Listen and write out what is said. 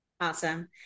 Awesome